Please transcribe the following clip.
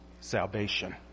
salvation